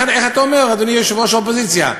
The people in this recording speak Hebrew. איך אתה אומר, אדוני יושב-ראש האופוזיציה?